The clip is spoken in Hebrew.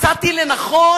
מצאתי לנכון,